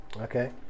Okay